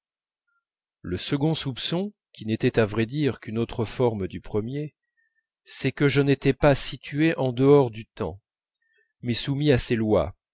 le second soupçon qui n'était à vrai dire qu'une autre forme du premier c'est que je n'étais pas situé en dehors du temps mais soumis à ses lois